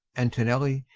antonelli,